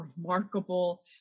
remarkable